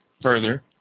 Further